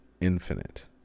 infinite